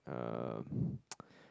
um